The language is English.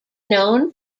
known